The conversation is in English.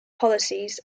policies